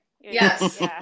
Yes